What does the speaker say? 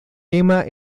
emma